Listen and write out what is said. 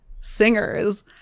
singers